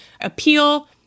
appeal